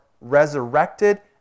resurrected